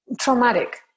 traumatic